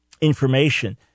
information